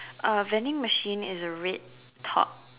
uh vending machine is a red top